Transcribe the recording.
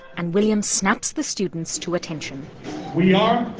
and william snaps the students to attention we are.